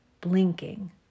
blinking